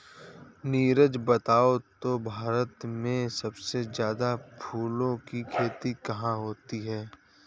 नीरज बताओ तो भारत में सबसे ज्यादा फूलों की खेती कहां होती है?